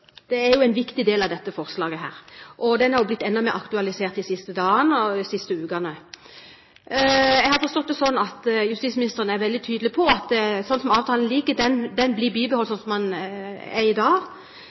Den er jo en viktig del av dette forslaget, og den er blitt enda mer aktualisert de siste dagene og ukene. Jeg har forstått det sånn at justisministeren er veldig tydelig på at avtalen blir bibeholdt sånn som den er i dag, men vi ser jo den